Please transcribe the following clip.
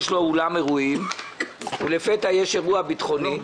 לו אולם אירועים ולפתע יש אירוע ביטחוני,